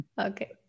okay